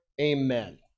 Amen